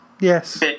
yes